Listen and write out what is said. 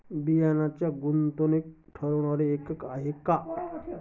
बियाणांची गुणवत्ता ठरवणारे एकक आहे का?